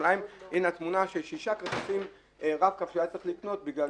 הנה התמונה של 6 כרטיסים רב קו שהוא היה צריך לקנות בגלל